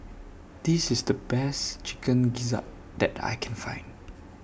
This IS The Best Chicken Gizzard that I Can Find